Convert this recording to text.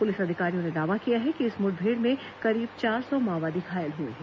police अधिकारियों ने दावा किया है कि इस मुठभेड़ में करीब चार और माओवादी घायल हुए हैं